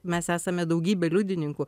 mes esame daugybė liudininkų